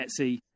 Etsy